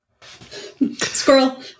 squirrel